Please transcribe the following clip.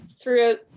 throughout